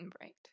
right